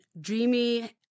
Dreamy